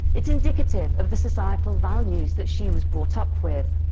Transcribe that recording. it's indicative of the societal values that she was brought up with.